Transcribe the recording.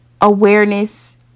awareness